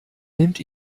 nimmt